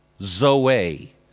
zoe